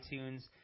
iTunes